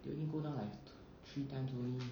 they only go down like tw~ three times only